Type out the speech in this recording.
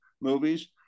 movies